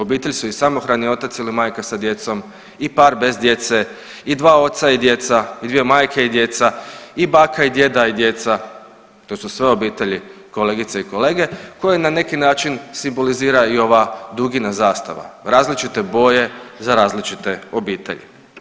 Obitelj su i samohrani otac ili majka sa djecom i par bez djece i dva oca i djeca i dvije majke i djeca i baka i djeda i djeca, to su sve obitelji, kolegice i kolege, koje na neki način simbolizira i ova dugina zastava, različite boje za različite obitelji.